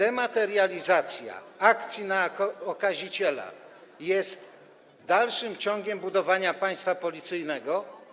Czy dematerializacja akcji na okaziciela jest dalszym ciągiem budowania państwa policyjnego?